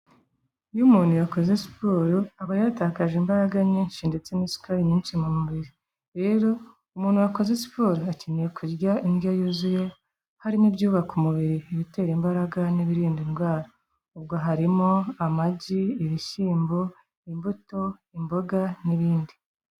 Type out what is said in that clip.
Iyo umuntu yakoze siporo, aba yatakaje imbaraga nyinshi ndetse n'isukari nyinshi mu mubiri. Rero umuntu wakoze siporo akeneye kurya indyo yuzuye, harimo: ibyuyubaka umubiri, ibitera imbaraga, n'ibirinda indwara. Ubwo harimo amagi, ibishyimbo, imbuto, imboga, n'ibindi.